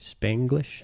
spanglish